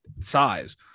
size